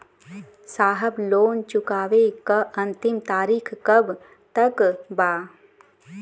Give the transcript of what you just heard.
साहब लोन चुकावे क अंतिम तारीख कब तक बा?